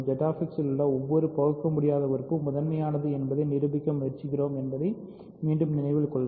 ZX இல் உள்ள ஒவ்வொரு பகுக்கமுடியாத உறுப்பு முதன்மையானது என்பதை நிரூபிக்க முயற்சிக்கிறேன் என்பதை மீண்டும் நினைவில் கொள்க